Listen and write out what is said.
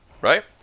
Right